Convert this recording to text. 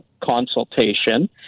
consultation